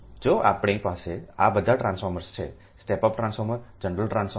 જો આપણી પાસે આ બધા ટ્રાન્સફોર્મર્સ છે step up transformer general transformer